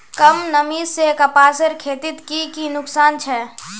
कम नमी से कपासेर खेतीत की की नुकसान छे?